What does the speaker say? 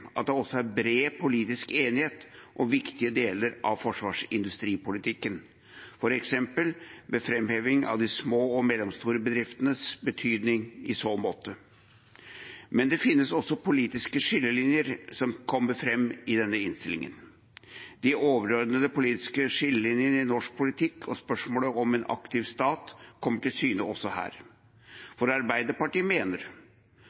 at det også er bred politisk enighet om viktige deler av forsvarsindustripolitikken, f.eks. ved fremheving av de små og mellomstore bedriftenes betydning i så måte. Men det finnes også politiske skillelinjer som kommer fram i denne innstillingen. De overordnede politiske skillelinjene i norsk politikk og spørsmålet om en aktiv stat kommer til syne også her. Arbeiderpartiet mener